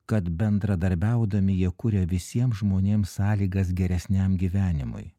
kad bendradarbiaudami jie kuria visiem žmonėm sąlygas geresniam gyvenimui